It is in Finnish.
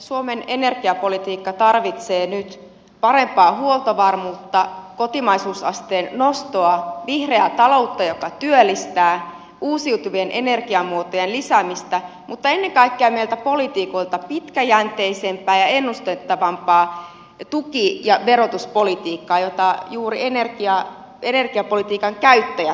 suomen energiapolitiikka tarvitsee nyt parempaa huoltovarmuutta kotimaisuusasteen nostoa vihreää taloutta joka työllistää uusiutuvien energiamuotojen lisäämistä mutta ennen kaikkea meiltä poliitikoilta pitkäjänteisempää ja ennustettavampaa tuki ja verotuspolitiikkaa jota juuri energiapolitiikan käyttäjät tarvitsevat